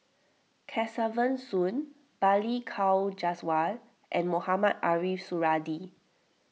Kesavan Soon Balli Kaur Jaswal and Mohamed Ariff Suradi